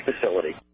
facility